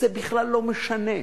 זה בכלל לא משנה.